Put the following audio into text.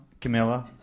Camilla